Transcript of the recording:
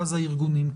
ואז הארגונים.